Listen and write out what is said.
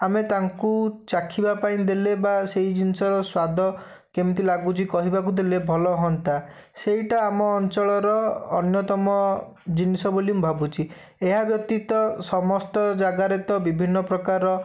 ଆମେ ତାଙ୍କୁ ଚାଖିବା ପାଇଁ ଦେଲେ ବା ସେଇ ଜିନିଷର ସ୍ୱାଦ କେମିତି ଲାଗୁଛି କହିବାକୁ ଦେଲେ ଭଲ ହୁଅନ୍ତା ସେଇଟା ଆମ ଅଞ୍ଚଳର ଅନ୍ୟତମ ଜିନିଷ ବୋଲି ମୁଁ ଭାବୁଛି ଏହା ବ୍ୟତୀତ ସମସ୍ତ ଜାଗାରେ ତ ବିଭିନ୍ନ ପ୍ରକାରର